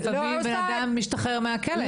לפעמים בן אדם משתחרר מהכלא.